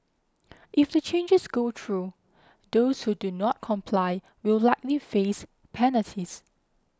if the changes go through those who do not comply will likely face penalties